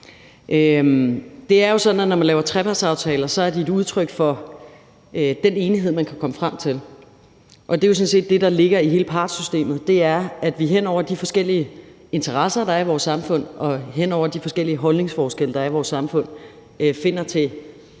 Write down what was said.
når man laver trepartsaftaler, er et udtryk for den enighed, man kan komme frem til, og det, der ligger i hele partssystemet, er jo sådan set, at vi hen over de forskellige interesser, der er i vores samfund, og hen over de forskellige holdningsforskelle, der er i vores samfund, finder frem